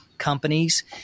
companies